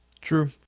True